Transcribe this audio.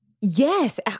Yes